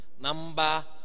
Number